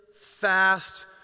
fast